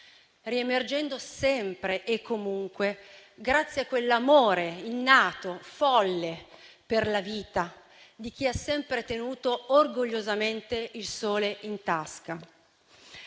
riemergendo, sempre e comunque, grazie a quell'amore innato, folle per la vita, di chi ha sempre tenuto orgogliosamente il sole in tasca.